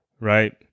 right